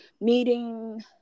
meeting